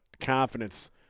confidence